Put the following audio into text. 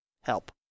help